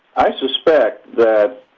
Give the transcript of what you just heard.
suspect that